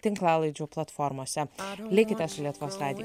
tinklalaidžių platformose likite su lietuvos radiju